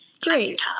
Great